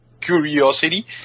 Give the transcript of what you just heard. curiosity